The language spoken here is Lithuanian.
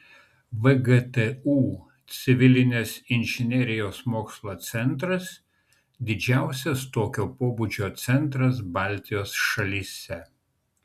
vgtu civilinės inžinerijos mokslo centras didžiausias tokio pobūdžio centras baltijos šalyse